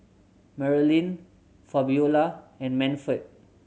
Marylin Fabiola and Manford